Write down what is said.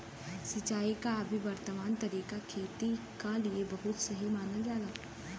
सिंचाई क अभी वर्तमान तरीका खेती क लिए बहुत सही मानल जाला